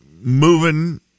moving